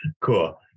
Cool